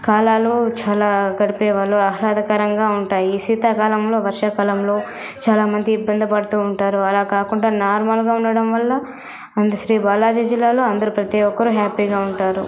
కాలాలు చాలా గడిపేవారు ఆహ్లాద కరంగా ఉంటాయి శీతాకాలంలో వర్షా కాలంలో చాలా మంది ఇబ్బంది పడుతూ ఉంటారు అలా కాకుండా నార్మల్గా ఉండడం వల్ల అందరూ శ్రీబాలాజీ జిల్లాలో అందరూ ప్రతి ఒక్కరు హ్యాపీగా ఉంటారు